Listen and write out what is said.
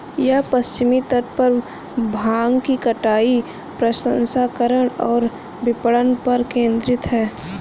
यह पश्चिमी तट पर भांग की कटाई, प्रसंस्करण और विपणन पर केंद्रित है